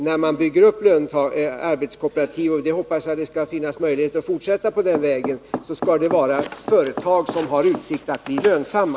När man bygger upp arbetskooperativ — och jag hoppas att det skall finnas möjligheter att fortsätta på den vägen — skall det gälla företag som har utsikten att bli lönsamma.